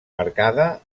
marcada